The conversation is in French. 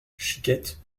chiquette